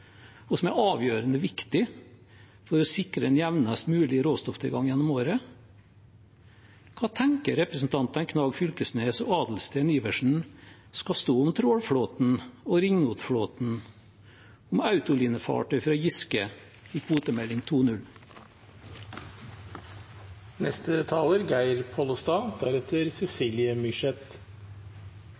og som er avgjørende viktig for å sikre en jevnest mulig råstofftilgang gjennom året? Hva tenker representantene Knag Fylkesnes og Adelsten Iversen det skal stå om trålflåten, ringnoteflåten og om autolinefartøy fra Giske i kvotemelding